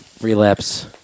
Relapse